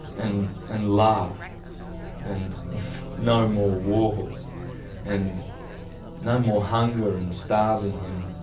and and love and no more wars and no more hunger and starving and